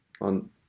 on